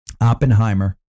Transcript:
Oppenheimer